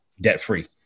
debt-free